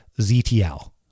ZTL